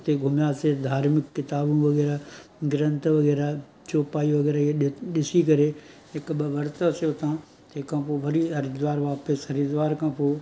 हुते घुमियासीं धार्मिक किताबूं वग़ैरह ग्रंथ वग़ैरह चौपाई वग़ैरह इहो ॾिसी करे हिकु ॿ वर्तासीं उतां तंहिं खां पोइ वरी हरिद्वार वापसि हरिद्वार खां पोइ